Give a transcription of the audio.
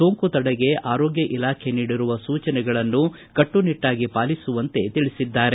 ಸೋಂಕು ತಡೆಗೆ ಆರೋಗ್ಯ ಇಲಾಖೆ ನೀಡಿರುವ ಸೂಚನೆಗಳನ್ನು ಕಟ್ಟುನಿಟ್ಟಾಗಿ ಪಾಲಿಸುವಂತೆ ತಿಳಿಸಿದ್ದಾರೆ